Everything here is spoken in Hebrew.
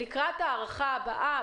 שלקראת ההארכה הבאה,